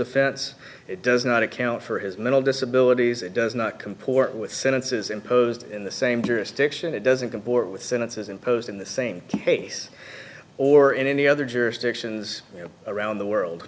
offense it does not account for his mental disability it does not comport with sentences imposed in the same jurisdiction it doesn't comport with sentences imposed in the same case or in any other jurisdictions around the world